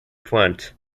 front